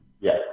Yes